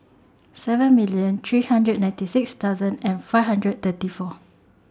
seven million three hundred ninety six thousand and five hundred thirty four